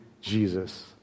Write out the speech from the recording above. jesus